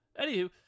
Anywho